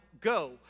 go